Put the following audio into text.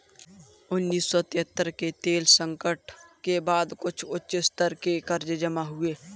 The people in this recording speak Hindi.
उन्नीस सौ तिहत्तर के तेल संकट के बाद कुछ उच्च स्तर के कर्ज जमा हुए